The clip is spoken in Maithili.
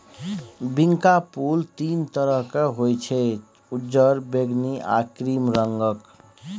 बिंका फुल तीन तरहक होइ छै उज्जर, बैगनी आ क्रीम रंगक